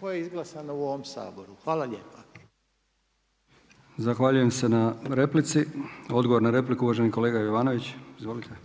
koja je izglasana u ovom Saboru. Hvala lijepa. **Brkić, Milijan (HDZ)** Zahvaljujem se na replici. Odgovor na repliku uvaženi kolega gospodin Jovanović.